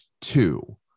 two